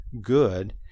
good